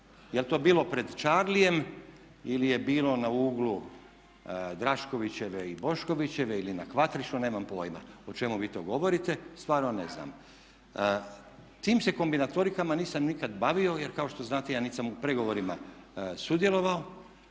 Jel to bilo pred Čarlijem ili je bilo na uglu Draškovićeve i Boškovićeve, ili na Kvatriću nemam pojma o čemu vi to govorite, stvarno ne znam. Tim se kombinatorikama nisam nikad bavio jer kao što znate ja nit sam u pregovorima sudjelovao